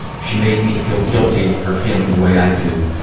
she made me feel guilty for feeling the way i do,